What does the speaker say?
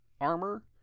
armor